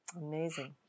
Amazing